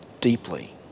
deeply